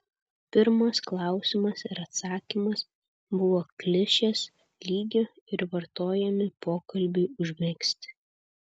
pirmas klausimas ir atsakymas buvo klišės lygio ir vartojami pokalbiui užmegzti